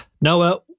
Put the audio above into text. Noah